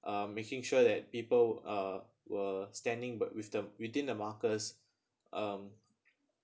um making sure that people uh were standing but with the within the markers um